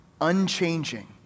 Unchanging